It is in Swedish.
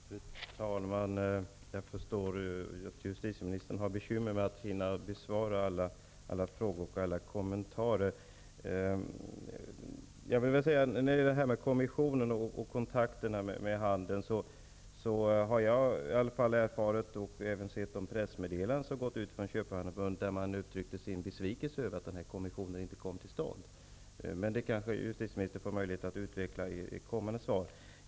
Fru talman! Jag förstår att justitieministern har bekymmer med att hinna besvara alla frågor och ta upp alla kommentarer. När det gäller frågan om kommissionen och kontakten med handeln har jag i alla fall erfarit -- jag har också sett pressmeddelanden från Köpmannaförbundet om det -- att man är besviken över att kommissionen inte kom till stånd. Men det kanske justitieministern får möjlighet att utveckla i ett kommande svar.